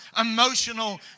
emotional